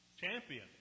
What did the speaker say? champion